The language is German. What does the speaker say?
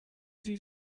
sie